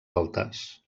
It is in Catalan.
altes